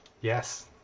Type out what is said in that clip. Yes